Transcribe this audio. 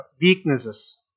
weaknesses